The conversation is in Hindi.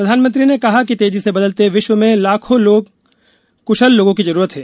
प्रधानमंत्री ने कहा कि तेजी से बदलते विश्व में लाखों क्शल लोगों की जरूरत है